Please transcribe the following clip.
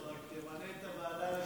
רק תמנה את הוועדה לבחירת שופטים.